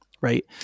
right